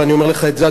ואני אומר לך את זה,